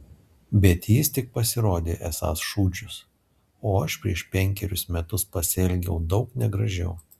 bet jis tik pasirodė esąs šūdžius o aš prieš penkerius metus pasielgiau daug negražiau